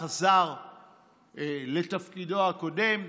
חזר לתפקידו הקודם,